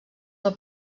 del